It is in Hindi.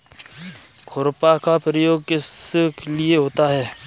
खुरपा का प्रयोग किस लिए होता है?